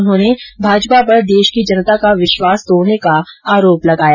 उन्होंने भाजपा पर देश की जनता का विश्वास तोडने का आरोप लगाया